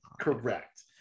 Correct